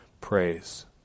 praise